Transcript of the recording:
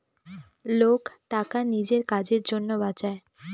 লোক টাকা নিজের কাজের জন্য বাঁচায়